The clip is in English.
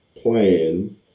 Plan